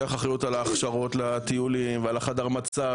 לוקח אחריות על ההכשרות לטיולים ועל חדר המצב